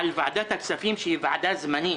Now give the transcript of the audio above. על ועדת הכספים, שהיא ועדה זמנית